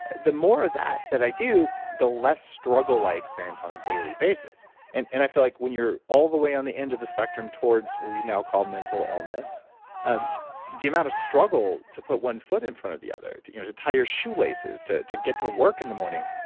the more of that that i do, the less struggle i experience on a daily basis and and i feel like when you're all the way on the end of the spectrum towards what we now call mental illness um the the amount of struggle to put one foot in front of the other to you know to tie your shoelaces to to get to work in the morning,